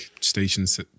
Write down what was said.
stations